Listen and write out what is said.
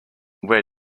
where